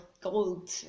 gold